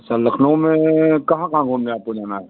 अच्छा लखनऊ में कहाँ कहाँ घूमने आपको जाना है